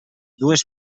dues